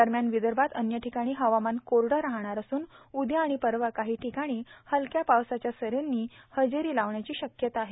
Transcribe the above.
दरम्यान विदर्भात अन्य ठिकाणी हवामान कोरडं राहणार असून उद्या आणि परवा काही ठिकाणी हलक्या पावसाच्या सरींनी हजेरी लावण्याची शक्यता आहे